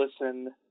listen